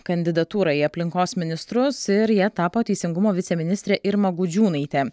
kandidatūrą į aplinkos ministrus ir ja tapo teisingumo viceministre irma gudžiūnaitė